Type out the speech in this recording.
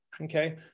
okay